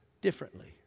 differently